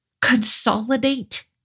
consolidate